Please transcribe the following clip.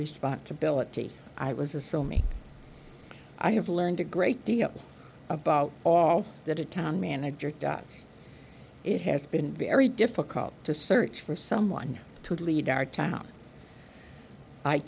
responsibility i was a so me i have learned a great deal about all that a town manager does it has been very difficult to search for someone to lead our town i